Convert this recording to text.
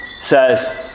says